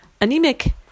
Anemic